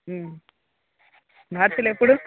మార్చిలో ఎప్పుడు